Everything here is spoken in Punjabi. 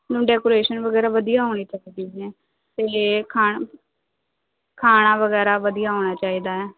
ਡੈਕੋਰੇਸ਼ਨ ਵਗੈਰਾ ਵਧੀਆ ਹੋਣੀ ਚਾਹੀਦੀ ਹੈ ਅਤੇ ਖਾਣ ਖਾਣਾ ਵਗੈਰਾ ਵਧੀਆ ਹੋਣਾ ਚਾਹੀਦਾ ਹੈ